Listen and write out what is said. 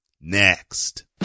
next